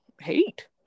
hate